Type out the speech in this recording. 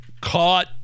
caught